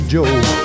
Joe